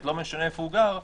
לא משנה איפה השופט גר,